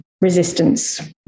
resistance